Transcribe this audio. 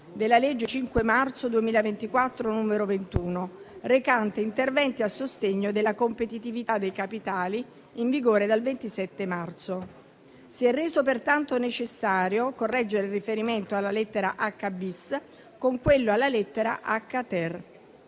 della legge 5 marzo 2024, n. 21, recante interventi a sostegno della competitività dei capitali, in vigore dal 27 marzo. Si è reso pertanto necessario correggere il riferimento alla lettera h-*bis* con quello alla lettera h-*ter*.